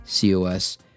COS